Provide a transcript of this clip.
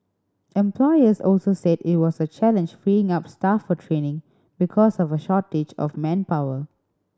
employers also said it was a challenge freeing up staff for training because of a shortage of manpower